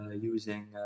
using